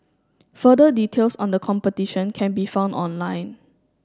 further details on the competition can be found online